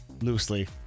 loosely